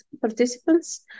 participants